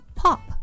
pop